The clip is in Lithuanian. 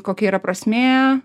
kokia yra prasmė